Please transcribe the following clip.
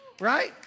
Right